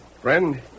Friend